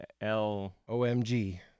L-O-M-G